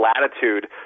latitude